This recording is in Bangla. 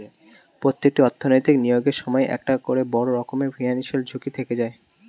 প্রত্যেকটি অর্থনৈতিক বিনিয়োগের সময়ই একটা করে বড় রকমের ফিনান্সিয়াল ঝুঁকি থেকে যায়